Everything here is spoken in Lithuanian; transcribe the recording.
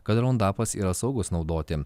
kad raundapas yra saugus naudoti